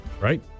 right